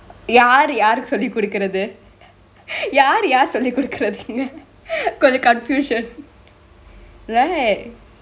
யாரு யாருக்கு சொல்லிக்கொடுக்கருது யாரு யாருக்கு சொல்லிக்கொடுக்கருதுனு கொஞ்சொ:yaaru yaaruku sollikodukaruthu yaaru yaaruku sollikodukaruthunu konjo confusion right